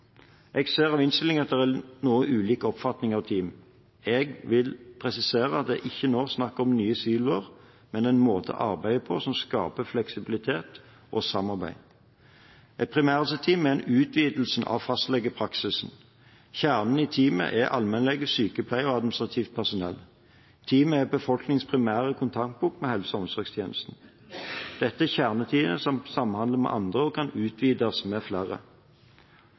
Jeg ser av innstillingen at det er noe ulik oppfatning av team. Jeg vil presisere at jeg ikke nå snakker om nye siloer, men en måte å arbeide på som skaper fleksibilitet og samarbeid. Et primærhelseteam er en utvidelse av fastlegepraksisen. Kjernen i teamet er allmennlege, sykepleier og administrativt personell. Teamet er befolkningens primære kontaktpunkt med helse- og omsorgstjenesten. Dette kjerneteamet samhandler med andre og kan utvides med flere.